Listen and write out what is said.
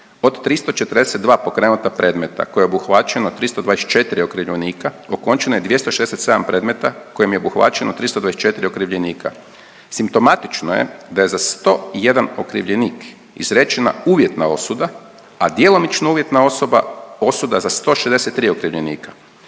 Od 342 pokrenuta predmeta kojim je obuhvaćeno 324 okrivljenika okončano je 267 predmeta kojim je obuhvaćeno 324 okrivljenika. Simptomatično je da je za 101 okrivljenik izrečena uvjetna osuda, a djelomično uvjetna osoba, osuda za 163 okrivljenika.